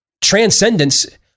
Transcendence